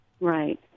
Right